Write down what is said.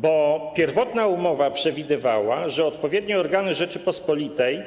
Bo pierwotna umowa przewidywała, że odpowiednie organy Rzeczypospolitej